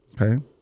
Okay